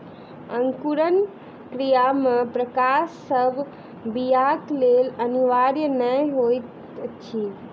अंकुरण क्रिया मे प्रकाश सभ बीयाक लेल अनिवार्य नै होइत अछि